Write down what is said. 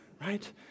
right